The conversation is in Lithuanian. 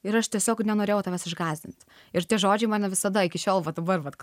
ir aš tiesiog nenorėjau tavęs išgąsdinti ir tie žodžiai mane visada iki šiol va dabar vat